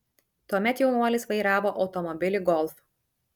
tuomet jaunuolis vairavo automobilį golf